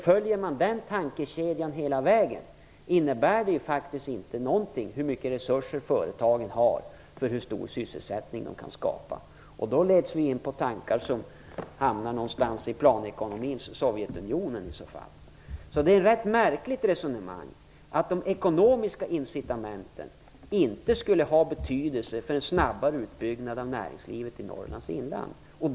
Följer man den tankekedjan hela vägen innebär det faktiskt att det inte skulle ha någon betydelse hur mycket resurser företagen har för hur stor sysselsättning de kan skapa. Om så skulle vara fallet leds man in på tankar som hamnar någonstans i planekonomins Det är ett rätt märkligt resonemang, att de ekonomiska incitamenten inte skulle ha betydelse för en snabbare utbyggnad av näringslivet i Norrlands inland.